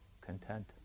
content